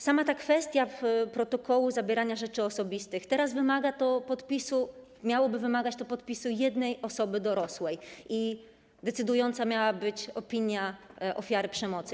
Sama kwestia protokołu zabierania rzeczy osobistych - teraz wymaga to, miałoby to wymagać podpisu jednej osoby dorosłej i decydująca miałaby być opinia ofiary przemocy.